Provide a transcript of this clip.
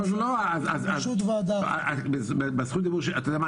רשות ועדה --- אתה יודע מה,